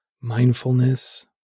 mindfulness